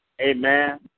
amen